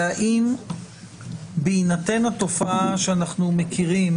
ואם בהינתן התופעה שאנחנו מכירים,